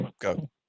Go